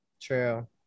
true